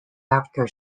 after